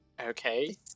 Okay